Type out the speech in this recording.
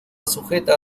sujetas